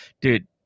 dude